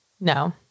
No